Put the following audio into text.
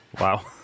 Wow